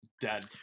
Dead